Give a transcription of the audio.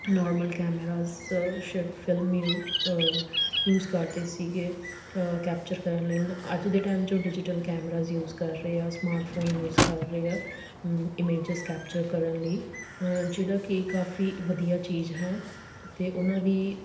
normal cameras ਸਿਵ film ਯੂ use ਕਰਦੇ ਸੀਗੇ ਕੈਪਚਰ ਕਰਨ ਲਈ ਅੱਜ ਦੇ ਟਾਈਮ 'ਚ ਡਿਜੀਟਲ ਕੈਮਰਾ ਯੂਜ ਕਰ ਰਹੇ ਆ ਸਮਾਰਟਫੋਨ ਯੂਜ ਕਰ ਰਹੇ ਆ ਇਮੇਜਸ ਕੈਪਚਰ ਕਰਨ ਲਈ ਜਿਹੜਾ ਕਿ ਕਾਫੀ ਵਧੀਆ ਚੀਜ਼ ਹੈ ਅਤੇ ਉਹਨਾਂ ਦੀ